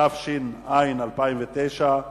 התש"ע 2009,